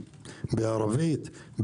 בערבית,